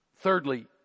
Thirdly